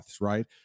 right